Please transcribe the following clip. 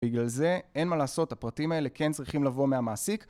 בגלל זה אין מה לעשות, הפרטים האלה כן צריכים לבוא מהמעסיק